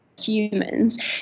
humans